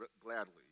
gladly